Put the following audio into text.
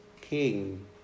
king